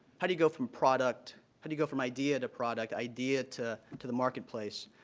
how do you go from product? how do you go from idea to product? idea to to the marketplace?